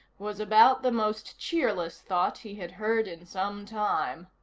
was about the most cheerless thought he had heard in sometime.